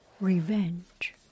revenge